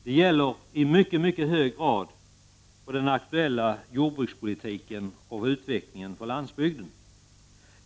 Detta gäller i mycket hög grad för den aktuella jordbrukspolitiken och utvecklingen på landsbygden.